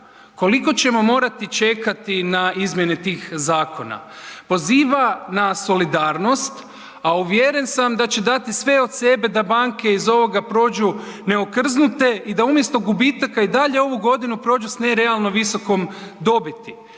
morati ćemo morati čekati na izmjene tih zakona? Poziva na solidarnost a uvjeren sam da će dati sve od sebe da banke iz ovoga prođu neokrznute i da umjesto gubitaka i dalje ovu godinu prođu sa nerealno visokom dobiti.